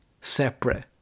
separate